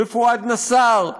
פואד נאסר,